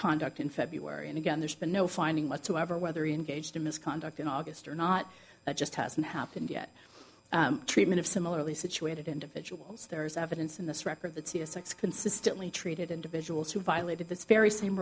conduct in february and again there's been no finding whatsoever whether engaged in misconduct in august or not it just hasn't happened yet treatment of similarly situated individuals there is evidence in this record that see a six consistently treated individuals who violated this very same